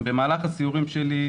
במהלך הסיורים שלי,